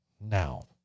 Now